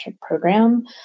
program